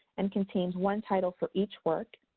and contains one title for each work,